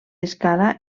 escala